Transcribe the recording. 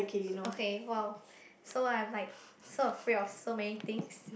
okay [wow] so I'm like so afraid of so many things